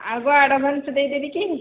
ଆଗୁଆ ଆଡ଼ଭାନ୍ସ ଦେଇଦେବି କି